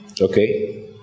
Okay